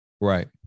Right